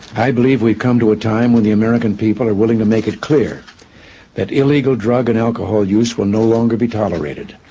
i believe we have come to a time when the american people are willing to make it clear that illegal drug and alcohol use will no longer be tolerated.